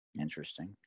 interesting